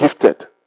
gifted